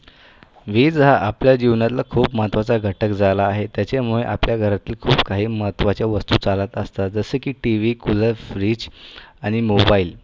वीज हा आपल्या जीवनातला खूप महत्त्वाचा घटक झाला आहे त्याच्यामुळे आपल्या घरातील खूप काही महत्वाच्या वस्तू चालत असतात जसे की टी व्ही कूलर फ्रिज आणि मोबाईल